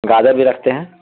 گاجر بھی رکھتے ہیں